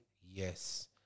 Yes